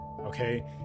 okay